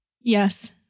yes